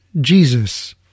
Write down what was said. Jesus